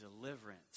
deliverance